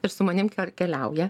ir su manim keliauja